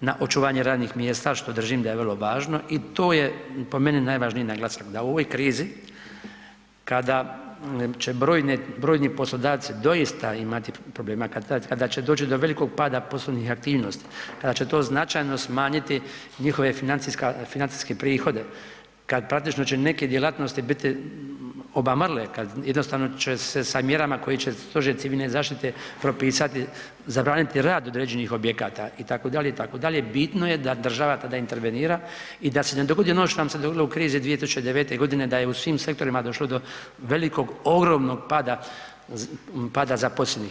na očuvanje radnih mjesta, što držim da je vrlo važno i to je po meni najvažniji naglasak, da u ovoj krizi kada će brojni poslodavci doista imati problema, kada će doći do velikog pada poslovnih aktivnosti, kada će to značajno smanjiti njihove financijske prihode, kad praktično će neke djelatnosti biti obamrle, kad jednostavno će se sa mjerama koje će stožer civilne zaštite propisati, zabraniti rad određenih objekata, itd., itd., bitno je da država tada intervenira i da se ne dogodi ono što nam se dogodilo u krizi 2009. g., da je u svim sektorima došlo do velikog ogromnog pada zaposlenih.